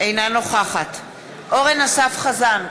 אינה נוכחת אורן אסף חזן,